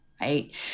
right